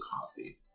coffee